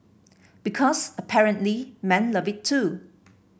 because apparently men love it too